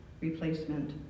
replacement